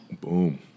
Boom